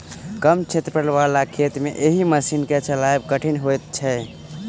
कम क्षेत्रफल बला खेत मे एहि मशीन के चलायब कठिन होइत छै